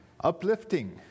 uplifting